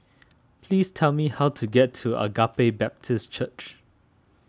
please tell me how to get to Agape Baptist Church